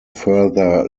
further